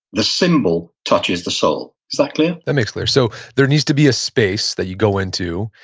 the symbol touches the soul. is that clear? that makes clear. so there needs to be a space that you go into.